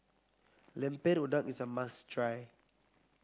Lemper Udang is a must try